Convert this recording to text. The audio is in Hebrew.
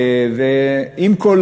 עם כל